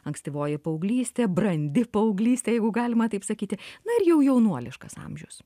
ankstyvoji paauglystė brandi paauglystė jeigu galima taip sakyti na ir jau jaunuoliškas amžius